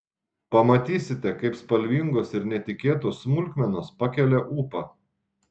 pamatysite kaip spalvingos ir netikėtos smulkmenos pakelia ūpą